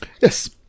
Yes